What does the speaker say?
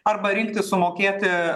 arba rinktis sumokėti